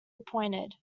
appointed